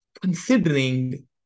considering